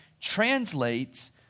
translates